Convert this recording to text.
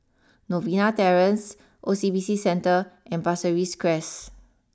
Novena Terrace O C B C Centre and Pasir Ris Crest